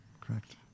correct